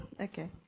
Okay